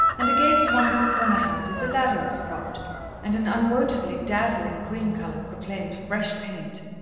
and against one of the corner houses a ladder was propped and an unwontedly dazzling cream-colour proclaimed fresh paint.